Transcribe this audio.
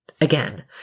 Again